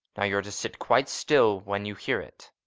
now you're to sit quite still when you hear it.